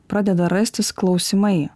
pradeda rastis klausimai